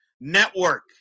Network